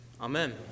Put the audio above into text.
Amen